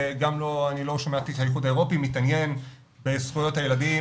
וגם אני לא שמעתי את האיחוד האירופי מתעניין בזכויות הילדים